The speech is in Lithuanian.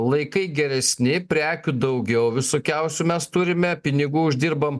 laikai geresni prekių daugiau visokiausių mes turime pinigų uždirbam